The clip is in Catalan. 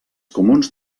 comuns